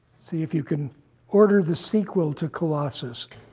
see if you can order the sequel to colossus.